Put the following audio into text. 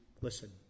listen